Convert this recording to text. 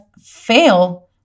fail